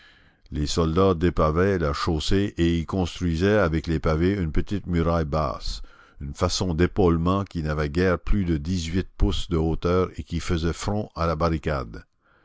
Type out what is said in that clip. les soldats dépavaient la chaussée et y construisaient avec les pavés une petite muraille basse une façon d'épaulement qui n'avait guère plus de dix-huit pouces de hauteur et qui faisait front à la barricade